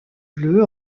bleues